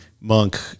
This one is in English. monk